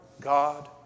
God